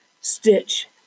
stitch